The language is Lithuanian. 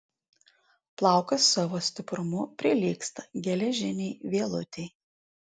plaukas savo stiprumu prilygsta geležinei vielutei